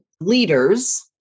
leaders